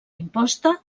imposta